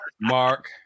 Mark